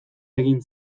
egin